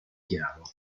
chiaro